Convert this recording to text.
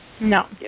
No